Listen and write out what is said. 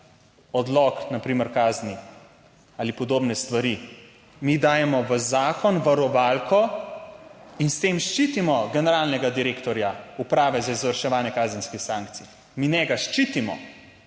odlok na primer kazni ali podobne stvari, mi dajemo v zakon varovalko in s tem ščitimo generalnega direktorja Uprave za izvrševanje kazenskih sankcij. Mi njega ščitimo